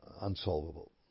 unsolvable